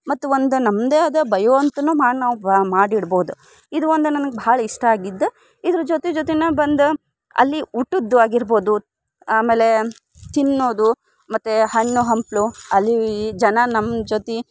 ಮತ್ತು ಒಂದು ನಮ್ಮದೇ ಆದ ಬಯೋ ಅಂತಲೂ ಮಾಡಿ ನಾವು ಬ ಮಾಡಿ ಇಡ್ಬೋದು ಇದು ಒಂದು ನನಗೆ ಭಾಳ ಇಷ್ಟ ಆಗಿದ್ದು ಇದ್ರ ಜೊತೆ ಜೊತೆನೇ ಬಂದು ಅಲ್ಲಿ ಊಟದವಾಗಿರ್ಬೋದು ಆಮೇಲೆ ತಿನ್ನೋದು ಮತ್ತು ಹಣ್ಣು ಹಂಪಲು ಅಲ್ಲಿ ಜನ ನಮ್ಮ ಜೊತೆ